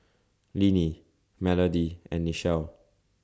Linnie Melody and Nichelle